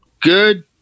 good